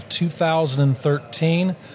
2013